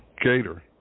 Gator